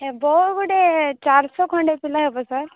sir ବହୁ ଗୁଡ଼େ ଚାରିଶହ ଖଣ୍ଡେ ପିଲା ହେବେ ସାର୍